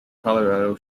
colorado